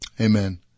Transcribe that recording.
Amen